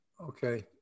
Okay